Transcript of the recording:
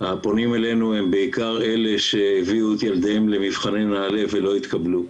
הפונים אלינו הם בעיקר אלה שהביאו את ילדיהם למבחני נעל"ה ולא התקבלו.